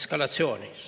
eskalatsiooniks.